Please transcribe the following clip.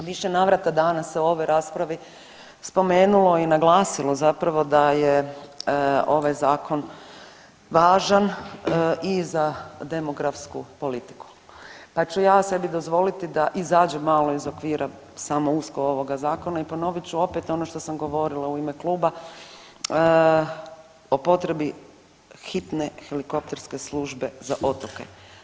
U više navrata danas se u ovoj raspravi spomenulo i naglasilo zapravo da je ovaj zakon važan i za demografsku politiku, pa ću ja sebi dozvoliti da izađem malo okvira samo usko ovoga zakona i ponovit ću opet ono što sam govorila u ime kluba o potrebi hitne helikopterske službe za otoke.